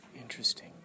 Interesting